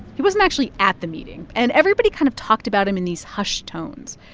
he wasn't actually at the meeting, and everybody kind of talked about him in these hushed tones.